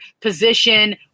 position